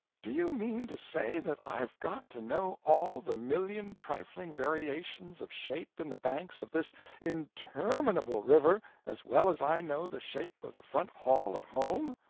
do you mean to say that i've got to know all the million trifling variations of shape in the banks of this interminable river as well as i know the shape of the front hall at home?